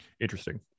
interesting